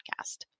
podcast